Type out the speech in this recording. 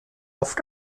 oft